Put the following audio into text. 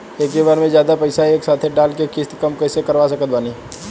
एके बार मे जादे पईसा एके साथे डाल के किश्त कम कैसे करवा सकत बानी?